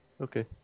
Okay